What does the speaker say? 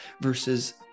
versus